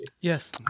Yes